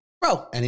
Bro